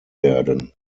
werden